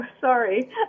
Sorry